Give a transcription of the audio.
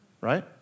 right